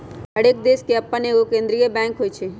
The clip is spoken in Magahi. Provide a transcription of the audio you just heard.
हरेक देश के अप्पन एगो केंद्रीय बैंक होइ छइ